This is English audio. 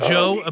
Joe